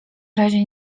razie